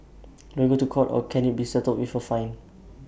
do I go to court or can IT be settled with A fine